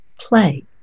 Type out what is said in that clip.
play